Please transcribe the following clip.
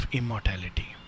immortality